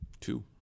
Two